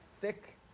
thick